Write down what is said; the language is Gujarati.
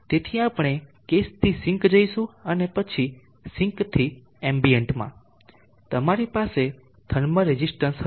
તેથી આપણે કેસ થી સિંક જઈશું અને પછી સિંક થી એમ્બિયન્ટમાં તમારી પાસે થર્મલ રેઝીસ્ટન્સ હશે